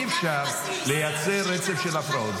בבסיס ----- אי-אפשר לייצר רצף של הפרעות,